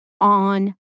on